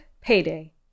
Payday